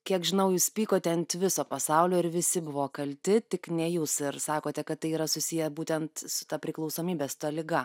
kiek žinau jūs pykote ant viso pasaulio ir visi buvo kalti tik ne jūs sakote kad tai yra susiję būtent su ta priklausomybės liga